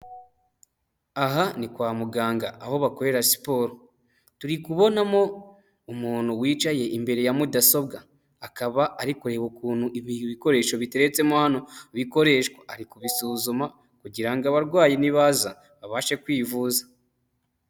Aha ni kwa muganga aho bakorera siporo, turi kubonamo umuntu wicaye imbere ya mudasobwa akaba ariko kureba ukuntu ibi bikoresho biteretsemo hano bikoreshwa, ari kubisuzuma kugirango abarwayi nibaza babashe kwivuza.